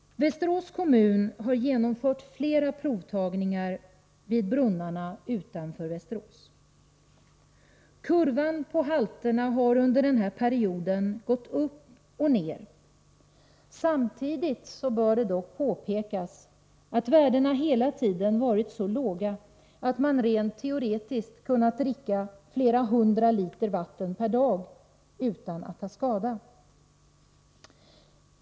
Västerås kommun har gjort flera provtagningar vid brunnarna utanför Västerås. Kurvan på halterna har under denna period gått upp och ned. Samtidigt bör det dock påpekas att värdena hela tiden varit så låga att man rent teoretiskt kunnat dricka flera hundra liter vatten per dag utan att ta skada.